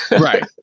Right